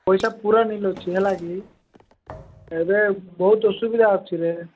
ପଇସା ପୁରା ନିଲ୍ ଅଛି ହେଲା କି ଏବେ ବହୁତ ଅସୁବିଧା ଅଛିରେ